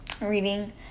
reading